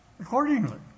accordingly